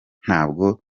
ntabwo